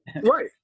Right